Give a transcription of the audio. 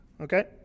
Okay